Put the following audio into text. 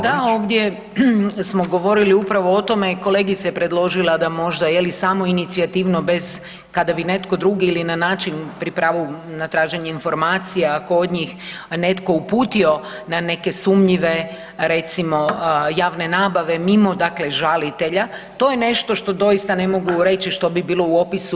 Da, ovdje smo govorili upravo o tome, kolegica je predložila da možda je li, samoinicijativno, bez kada bi netko drugi ili na način pri pravu na traženje informacija kod njih, netko uputio na neke sumnjive recimo javne nabave, mimo dakle žalitelja, to je nešto što doista ne mogu reći što bi bilo u opisu.